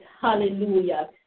hallelujah